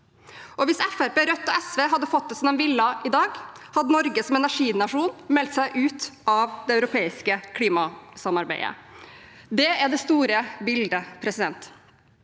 Rødt og SV hadde fått det som de ville i dag, hadde Norge som energinasjon meldt seg ut av det europeiske klimasamarbeidet. Det er det store bildet. Når både